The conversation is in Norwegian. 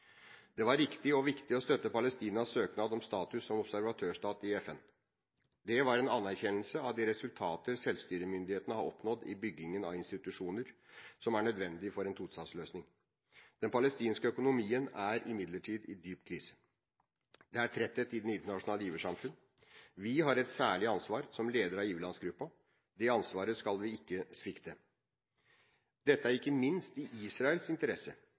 Det var riktig og viktig å støtte Palestinas søknad om status som observatørstat i FN. Det var en anerkjennelse av de resultater selvstyremyndighetene har oppnådd i byggingen av institusjoner som er nødvendig for en tostatsløsning. Den palestinske økonomien er imidlertid i dyp krise. Det er tretthet i det internasjonale giversamfunnet. Vi har et særlig ansvar, som leder av giverlandsgruppen. Det ansvaret skal vi ikke svikte. Dette er ikke minst i Israels interesse.